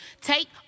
Take